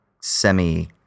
semi-